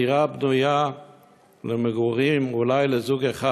הדירה בנויה למגורים אולי לזוג אחד.